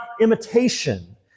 imitation